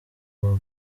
babu